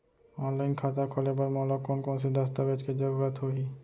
Online खाता खोले बर मोला कोन कोन स दस्तावेज के जरूरत होही?